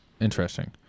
Interesting